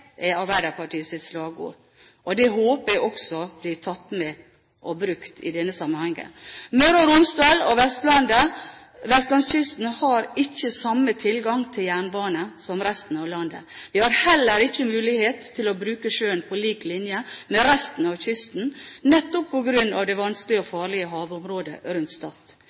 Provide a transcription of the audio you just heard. er Arbeiderpartiets slagord, og det håper jeg også blir tatt med og brukt i denne sammenhengen. Møre og Romsdal og vestlandskysten har ikke samme tilgang til jernbane som resten av landet. Vi har heller ikke mulighet til å bruke sjøen på lik linje med resten av kystbefolkningen, nettopp på grunn av det vanskelige og farlige havområdet rundt